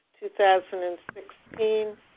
2016